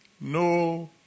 No